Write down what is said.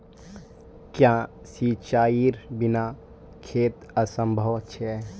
क्याँ सिंचाईर बिना खेत असंभव छै?